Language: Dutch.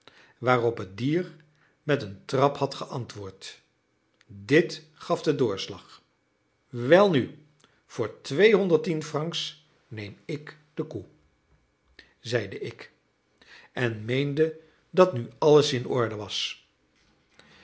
waarop het dier met een trap had geantwoord dit gaf den doorslag welnu voor twee honderd tien francs neem ik de koe zeide ik en meende dat nu alles in orde was